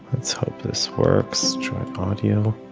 let's hope this works. join audio.